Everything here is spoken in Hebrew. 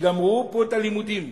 שגמרו פה את הלימודים,